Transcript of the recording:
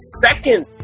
second